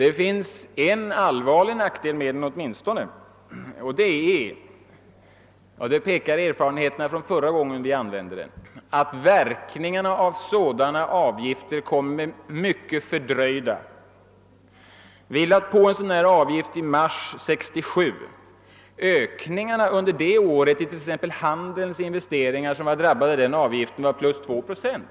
Erfarenheterna från förra gången vi vidtog denna åtgärd pekar på att det åtminstone finns en allvarlig nackdel förenad med den: verkningarna kommer att bli mycket fördröjda. I mars 1967 lade vi på en liknande avgift. Ökningen i handelns investeringar som var drabbade av den avgiften, uppgick det året till 2 procent.